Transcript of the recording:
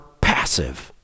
passive